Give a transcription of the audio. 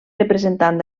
representant